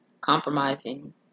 compromising